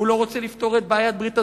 הוא לא רוצה לפתור את בעיית ברית הזוגיות,